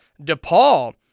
DePaul